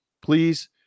Please